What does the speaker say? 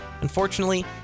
Unfortunately